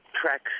tracks